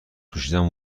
پوشیدن